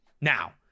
Now